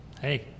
hey